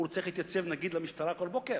הוא, נגיד, צריך להתייצב במשטרה כל בוקר.